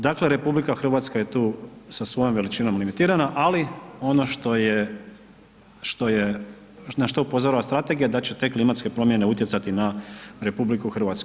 Dakle, RH je tu sa svojom veličinom limitirana, ali ono što je, što je na što upozorava strategija da će te klimatske promjene utjecati na RH.